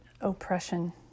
oppression